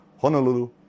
Honolulu